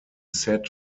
set